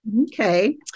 Okay